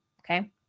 Okay